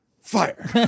Fire